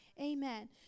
Amen